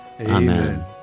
Amen